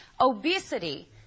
Obesity